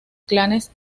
clanes